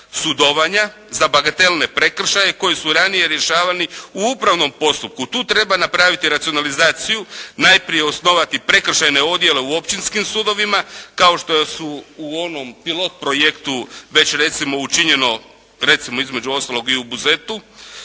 sudovanja za bagatelne prekršaje koje su ranije rješavali u upravnom postupku. Tu treba napraviti racionalizaciju, najprije osnovati prekršajne odjele u općinskim sudovima kao što su u onom pilot projektu već recimo učinjeno recimo između ostalog i u Buzetu,